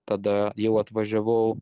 tada jau atvažiavau